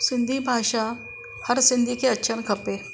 सिंधी भाषा हर सिंधी के अचणु खपे